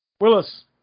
Willis